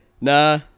Nah